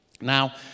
now